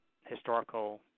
historical